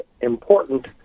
important